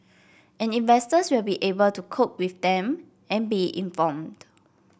and investors will be able to cope with them and be informed